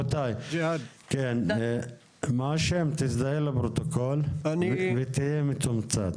כן, תזדהה לפרוטוקול ותהיה מתומצת.